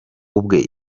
ubwe